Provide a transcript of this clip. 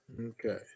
Okay